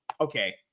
okay